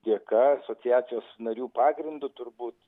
dėka asociacijos narių pagrindu turbūt